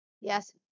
Yes